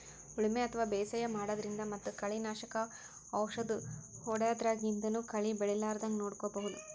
ಉಳಿಮೆ ಅಥವಾ ಬೇಸಾಯ ಮಾಡದ್ರಿನ್ದ್ ಮತ್ತ್ ಕಳಿ ನಾಶಕ್ ಔಷದ್ ಹೋದ್ಯಾದ್ರಿನ್ದನೂ ಕಳಿ ಬೆಳಿಲಾರದಂಗ್ ನೋಡ್ಕೊಬಹುದ್